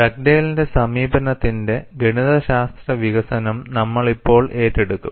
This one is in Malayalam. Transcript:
ഡഗ്ഡെയ്ലിന്റെ സമീപനത്തിന്റെ ഗണിതശാസ്ത്ര വികസനം നമ്മൾ ഇപ്പോൾ ഏറ്റെടുക്കും